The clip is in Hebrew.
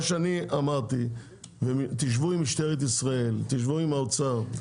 מה שאני אמרתי זה שתשבו עם משטרת ישראל ועם האוצר,